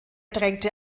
drängte